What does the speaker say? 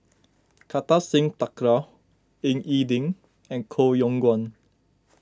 Kartar Singh Thakral Ying E Ding and Koh Yong Guan